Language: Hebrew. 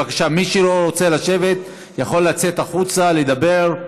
בבקשה, מי שלא רוצה לשבת יכול לצאת החוצה, לדבר.